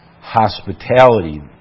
hospitality